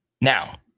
Now